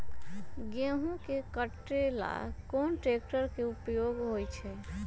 गेंहू के कटे ला कोंन ट्रेक्टर के उपयोग होइ छई?